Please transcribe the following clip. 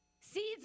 Seeds